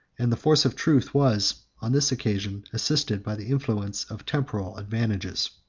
and the force of truth was on this occasion assisted by the influence of temporal advantages.